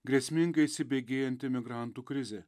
grėsmingai įsibėgėjanti migrantų krizė